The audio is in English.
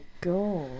god